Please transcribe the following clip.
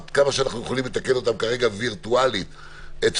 עד כמה שאנחנו יכולים לתקן אותן כרגע וירטואלית אצלכם.